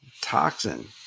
toxin